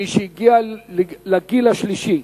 מי שהגיע לגיל השלישי,